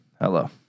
Hello